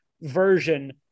version